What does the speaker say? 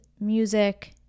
music